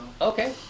Okay